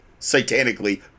satanically